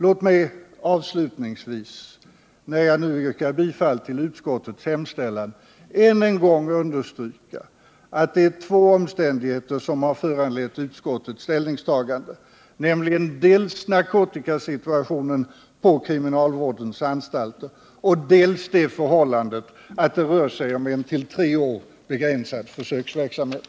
Låt mig avslutningsvis, när jag nu yrkar bifall till utskottets hemställan, än en gång understryka att det är två omständigheter som har föranlett utskottets ställningstagande, nämligen dels narkotikasituationen på kriminalvårdens anstalter, dels det förhållandet att det rör sig om en till tre år begränsad försöksverksamhet.